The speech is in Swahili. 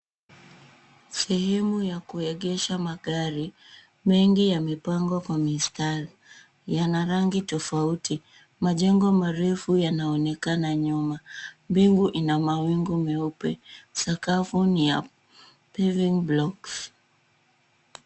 Sehemu ya kuegesha magari mengi yamepangwa kwa mistari yana rangi tofauti majengo marefu yanaonekana nyuma, mbingu ina mawingu meupe sakafu ni ya paving blocks .